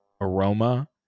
aroma